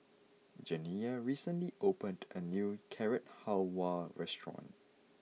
Janiyah recently opened a new Carrot Halwa restaurant